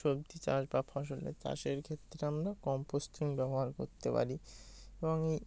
সবজি চাষ বা ফসলের চাষের ক্ষেত্রে আমরা কম্পোস্টিং ব্যবহার করতে পারি এবং এই